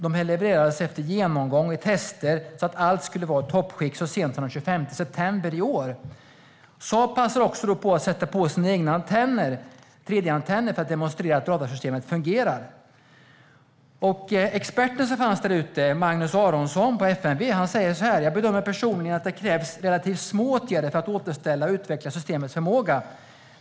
De levererades efter genomgång och tester, så att allt skulle vara i toppskick, så sent som den 25 september i år. Saab passade på att sätta på sina egna antenner, 3D-antenner, för att demonstrera att radarsystemet fungerar. Experten som fanns där ute, Magnus Aronsson på FMV, säger så här: Jag bedömer personligen att det krävs relativt små åtgärder för att återställa och utveckla systemets förmåga.